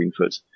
Greenfoot